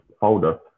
folder